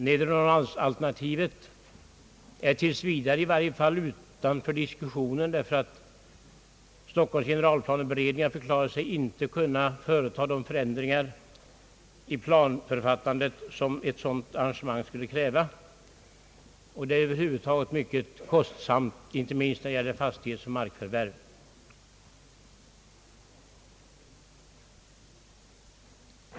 Nedre Norrmalms-alternativet är i varje fall tills vidare utanför diskussionen, eftersom Stockholms generalplaneberedning har förklarat sig inte kunna företa de förändringar i planförfattandet som ett sådant arrangemang skulle kräva. Över huvud taget är det mycket kostsamt, inte minst då det gäller markförvärv.